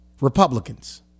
Republicans